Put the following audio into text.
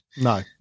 No